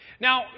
Now